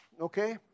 okay